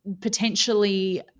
potentially